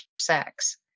sex